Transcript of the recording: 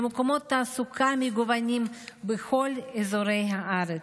למקומות תעסוקה מגוונים בכל אזורי הארץ.